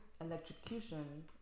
electrocution